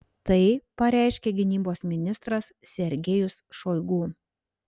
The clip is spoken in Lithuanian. tai pareiškė gynybos ministras sergejus šoigu